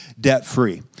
debt-free